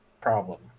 problem